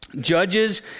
Judges